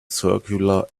circular